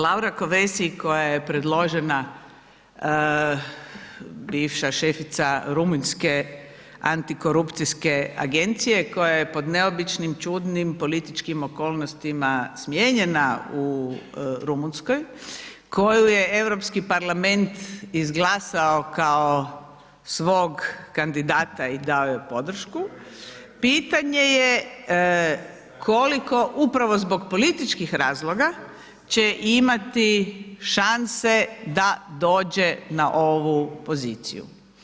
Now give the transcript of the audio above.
Laura Kovesi koja je predložena, bivša šefica rumunjske antikorupcijske agencije, koja je pod neobičnim, čudnim političkim okolnostima smijenjena u Rumunjskoj, koju je Europski parlament izglasao kao svog kandidata i dao joj podršku, pitanje je koliko upravo zbog političkih razloga će imati šanse da dođe na ovu poziciju.